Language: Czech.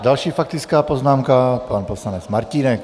Další faktická poznámka, pan poslanec Martínek.